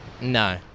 No